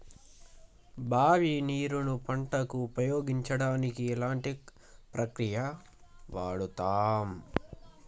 బావి నీరు ను పంట కు ఉపయోగించడానికి ఎలాంటి ప్రక్రియ వాడుతం?